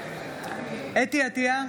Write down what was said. חוה אתי עטייה,